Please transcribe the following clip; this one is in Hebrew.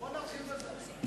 בוא נתחיל בזה.